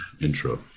intro